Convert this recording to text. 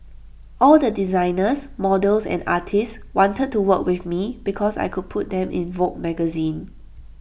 all the designers models and artists wanted to work with me because I could put them in Vogue magazine